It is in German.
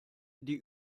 die